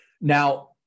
Now